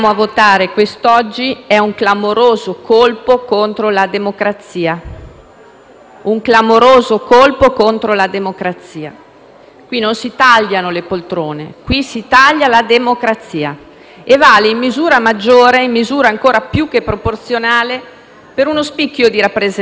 Un clamoroso colpo contro la democrazia. Qui non si tagliano le poltrone; qui si taglia la democrazia. Ciò vale in misura maggiore e in misura ancora più che proporzionale per uno spicchio di rappresentanza, quella degli eletti all'estero dai concittadini che vivono all'estero,